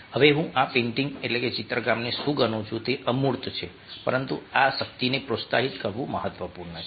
હવે હું આ પેઇન્ટિંગચિત્રકામને શું ગણું છું તે અમૂર્ત છે પરંતુ આ વ્યક્તિને પ્રોત્સાહિત કરવું મહત્વપૂર્ણ છે